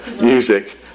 music